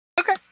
Okay